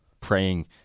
praying